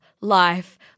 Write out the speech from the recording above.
life